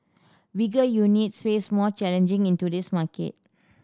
bigger units face more challenging in today's market